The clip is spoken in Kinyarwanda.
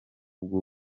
bw’u